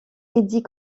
eddie